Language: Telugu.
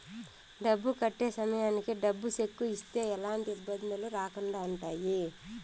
డబ్బు కట్టే సమయానికి డబ్బు సెక్కు ఇస్తే ఎలాంటి ఇబ్బందులు రాకుండా ఉంటాయి